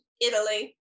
Italy